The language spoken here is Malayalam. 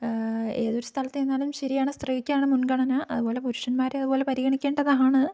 ഏതൊരു സ്ഥലത്തു ചെന്നാലും ശരിയാണ് സ്ത്രീക്കാണു മുൻഗണന അതുപോലെ പുരുഷന്മാരെ അതുപോലെ പരിഗണിക്കേണ്ടതാണ്